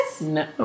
No